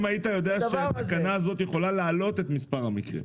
אם היית יודע שהתקנה הזאת יכולה להעלות את מספר המקרים,